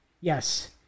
Yes